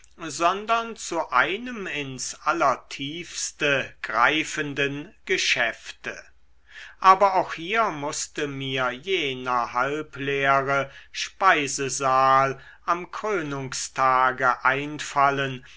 sondern zu einem ins allertiefste greifenden geschäfte aber auch hier mußte mir jener halbleere speisesaal am krönungstage einfallen